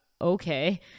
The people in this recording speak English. okay